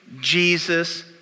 Jesus